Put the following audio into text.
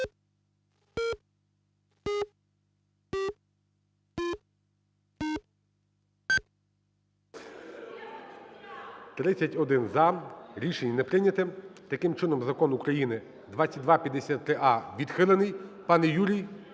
За-31 Рішення не прийнято. Таким чином, Закон України 2253а відхилений. Пане Юрій,